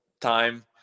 time